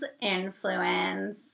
influence